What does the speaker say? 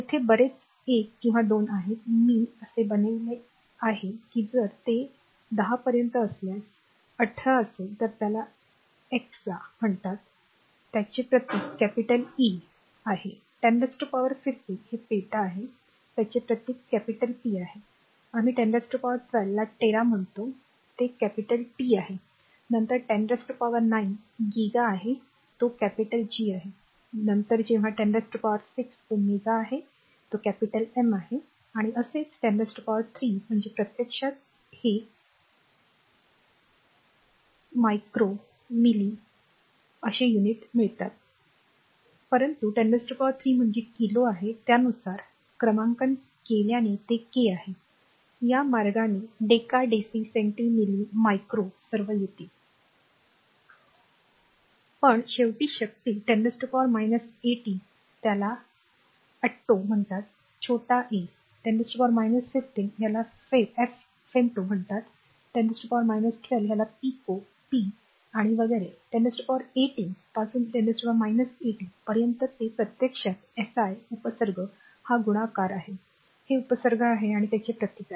तेथे बरेच 1 किंवा 2 आहेत मी असे बनवित आहे की जर ते ते 10 पर्यंत असल्यास 18 असेल तर त्याला एक्सा म्हणतात त्याचे प्रतीक कॅपिटल ई आहे 1015 हे पेटा आहे त्याचे प्रतीक कॅपिटल पी आहे आम्ही 1012 ला टेरा म्हणतो ते कॅपिटल टी आहे नंतर 109 गीगा आहे तो कॅपिटल जी आहे नंतर जेव्हा 106 तो मेगा आहे तो कॅपिटल एम आहे आणि असेच 103 म्हणजे प्रत्यक्षात हे परकाकडे येत नाही परंतु 103 म्हणजे किलो आहे त्यानुसार क्रमांकन केल्याने ते के आहे या मार्गाने डेका डेसी सेंटी मिली मायक्रोdecadecicentimilimicro सर्व येतील पण शेवटची शक्ती 10 18 त्याला अट्टो म्हणतात छोटा ए 10 15 त्याला फेमटो म्हणतात एफ 10 12 त्याला पिको पीआणि वगैरे वगैरे 1018 पासून 10 18 पर्यंत हे प्रत्यक्षात एसआय उपसर्ग हा गुणाकार आहे हे उपसर्ग आहे आणि त्याचे प्रतीक आहेत